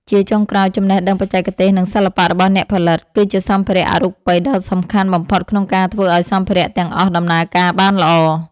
ជាចុងក្រោយ ចំណេះដឹងបច្ចេកទេស និងសិល្បៈរបស់អ្នកផលិត គឺជាសម្ភារៈអរូបិយដ៏សំខាន់បំផុតក្នុងការធ្វើឱ្យសម្ភារៈទាំងអស់ដំណើរការបានល្អ។